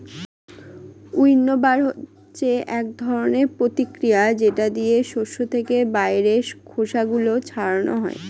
উইন্নবার হচ্ছে এক ধরনের প্রতিক্রিয়া যেটা দিয়ে শস্য থেকে বাইরের খোসা গুলো ছাড়ানো হয়